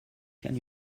can